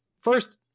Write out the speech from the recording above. first